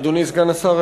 אדוני סגן השר,